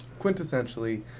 quintessentially